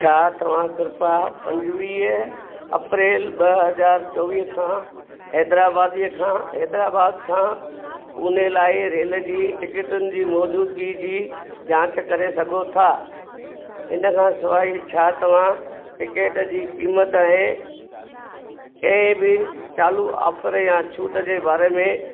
छा तव्हां कृपा पंजवीह अप्रैल ॿ हज़ार चोवीह खां हैदराबादीअ खां हैदराबाद खां पूने लाइ रेल जी टिकिटुनि जी मौजूदगी जी जांच करे सघो था इन खां सवाइ छा तव्हां टिकट जी कीमत ऐं ए बी चालू ऑफर या छूट जे बारे में